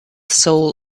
soul